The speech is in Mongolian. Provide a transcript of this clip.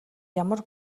ямар